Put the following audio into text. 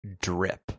drip